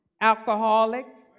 alcoholics